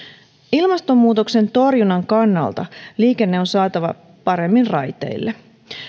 ilmastonmuutoksen torjunnan kannalta liikenne on saatava paremmin raiteille